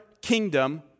kingdom